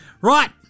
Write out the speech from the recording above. Right